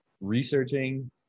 researching